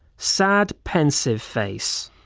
sad pensive face.